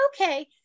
okay